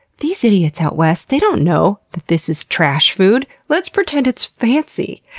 these idiots out west, they don't know that this is trash food! let's pretend it's fancy!